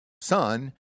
son